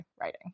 writing